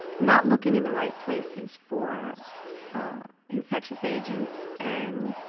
not looking in the right places for infectious agents. and,